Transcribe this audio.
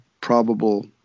probable